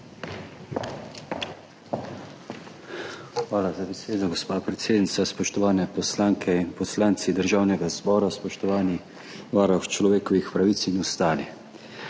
Hvala za besedo, gospa predsednica. Spoštovane poslanke in poslanci Državnega zbora, spoštovani varuh človekovih pravic in ostali!